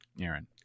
Aaron